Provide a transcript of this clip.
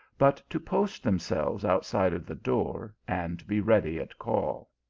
but to post themselves outside of the door, and be ready at call.